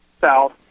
south